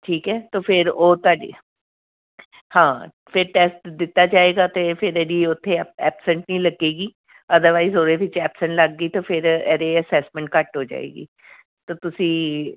ਠੀਕ ਹੈ ਤਾਂ ਫਿਰ ਉਹ ਤੁਹਾਡੀ ਹਾਂ ਫਿਰ ਟੈਸਟ ਦਿੱਤਾ ਜਾਏਗਾ ਅਤੇ ਫਿਰ ਇਹਦੀ ਉੱਥੇ ਐ ਐਬਸੈਂਟ ਨਹੀਂ ਲੱਗੇਗੀ ਅਦਰਵਾਈਜ਼ ਉਹਦੇ ਵਿੱਚ ਐਬਸੈਂਟ ਲੱਗ ਗਈ ਤਾਂ ਫਿਰ ਇਹਦੇ ਅਸੈਸਮੈਂਟ ਘੱਟ ਹੋ ਜਾਏਗੀ ਤਾਂ ਤੁਸੀਂ